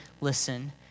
listen